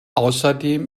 außerdem